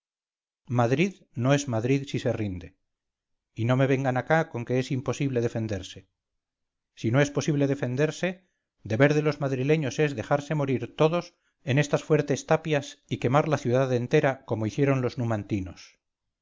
madrid no es madrid si se rinde y no me vengan acá con que es imposible defenderse si no es posible defenderse deber de los madrileños es dejarse morir todos en estas fuertes tapias y quemar la ciudad entera como hicieron los